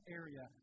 area